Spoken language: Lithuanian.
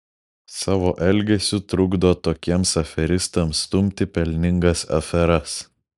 savo elgesiu trukdo tokiems aferistams stumti pelningas aferas